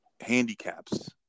handicaps